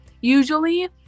Usually